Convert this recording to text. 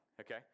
okay